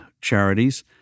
charities